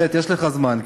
ביו-טק וכן הלאה,